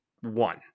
one